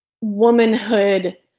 womanhood